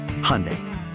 Hyundai